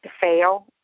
fail